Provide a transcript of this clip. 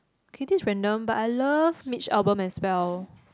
okay this random but I love Mitch-Albom as well